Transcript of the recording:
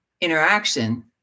interaction